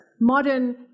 modern